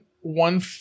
one